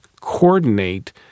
coordinate